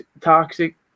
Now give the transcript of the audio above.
toxic